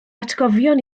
atgofion